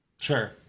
Sure